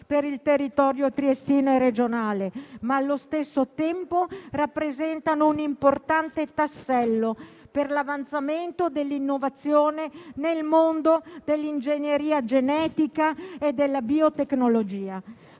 per il territorio triestino e regionale, ma rappresentano anche un importante tassello per l'avanzamento dell'innovazione nel mondo dell'ingegneria genetica e della biotecnologia,